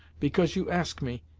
because you ask me,